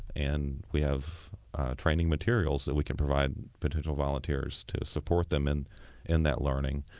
and we have training materials that we can provide potential volunteers to support them and in that learning.